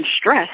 stress